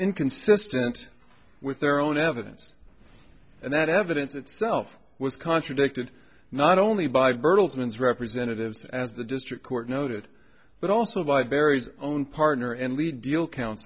inconsistent with their own evidence and that evidence itself was contradicted not only by bertelsmann as representatives as the district court noted but also by barry's own partner and lee deal coun